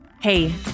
Hey